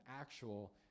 actual